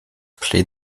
play